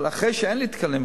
אבל אחרי שאין לי תקנים,